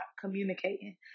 communicating